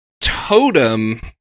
Totem